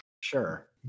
sure